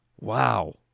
Wow